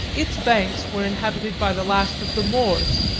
its banks were inhabited by the last of the moors,